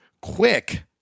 quick